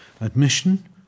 Admission